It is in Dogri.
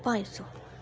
पंज सौ